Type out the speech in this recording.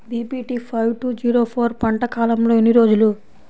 BPT five two zero four పంట కాలంలో ఎన్ని రోజులు?